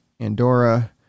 Andorra